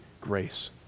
grace